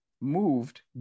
moved